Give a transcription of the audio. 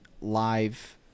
live